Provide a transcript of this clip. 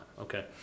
Okay